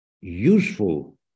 useful